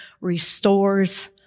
restores